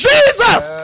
Jesus